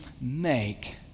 make